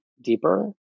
deeper